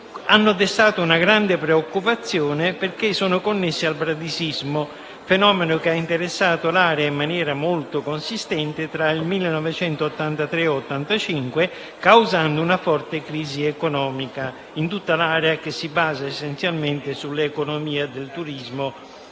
Hanno destato una grande preoccupazione perché sono connessi al bradisismo, fenomeno che ha interessato l'area in maniera molto consistente tra il 1983 e il 1985, causando una forte crisi economica in tutta l'area, che si basa essenzialmente sull'economia del turismo e